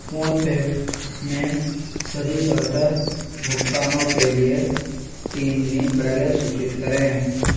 PhonePe में सभी स्वतः भुगतानों के लिए तीन दिन पहले सूचित करें